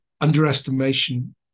underestimation